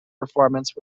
performance